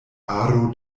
aro